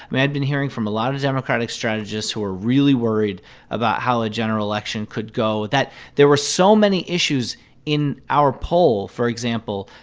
i mean, i'd been hearing from a lot of democratic strategists who are really worried about how a general election could go, that there were so many issues in our poll, for example,